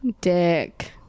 Dick